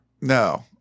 No